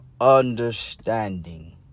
understanding